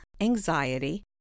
anxiety